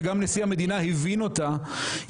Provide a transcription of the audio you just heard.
שגם נשיא המדינה הבין אותה,